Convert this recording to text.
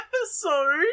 episode